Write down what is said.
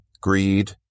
greed